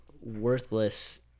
worthless